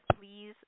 please